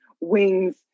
wings